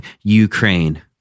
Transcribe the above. Ukraine